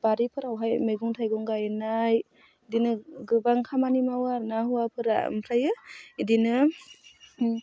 बारिफोरावहाय मैगं थाइगं गायनाय बिदिनो गोबां खामानि मावो आरो ना हौवाफोरा ओमफ्राय बिदिनो